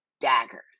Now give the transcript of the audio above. daggers